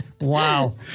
Wow